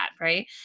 right